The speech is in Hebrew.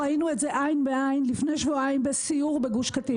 ראינו את זה עין בעין לפני שבועיים בסיור בגוש קטיף.